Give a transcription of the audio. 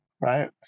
right